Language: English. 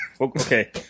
Okay